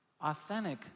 Authentic